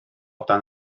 dan